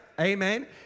Amen